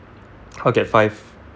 I'll get five